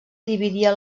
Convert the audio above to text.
dividia